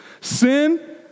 sin